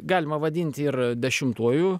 galima vadinti ir dešimtuoju